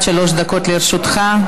עד שלוש דקות לרשותך.